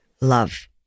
Love